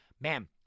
man